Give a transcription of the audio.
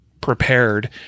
prepared